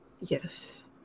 Yes